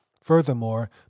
Furthermore